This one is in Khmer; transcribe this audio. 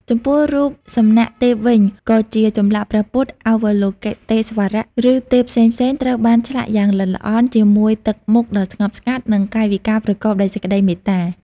ចំពោះរូបសំណាកទេពវិញ ក៏ជាចម្លាក់ព្រះពុទ្ធ អវលោកិតេស្វរៈ ឬទេពផ្សេងៗត្រូវបានឆ្លាក់យ៉ាងល្អិតល្អន់ ជាមួយទឹកមុខដ៏ស្ងប់ស្ងាត់ និងកាយវិការប្រកបដោយសេចក្តីមេត្តា។